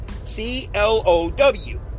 C-L-O-W